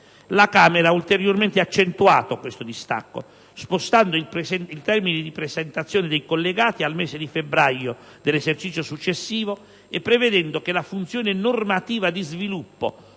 la Camera ha ulteriormente accentuato questo distacco spostando il termine di presentazione dei «collegati» al mese di febbraio dell'esercizio successivo e prevedendo che la funzione normativa di sviluppo,